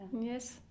Yes